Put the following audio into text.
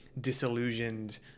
disillusioned